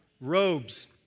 robes